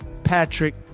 Patrick